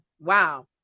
wow